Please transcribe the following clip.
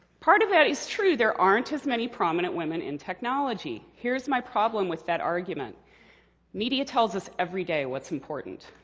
part of that is true, there aren't as many prominent women in technology. here's my problem with that argument media tells us every day what's important,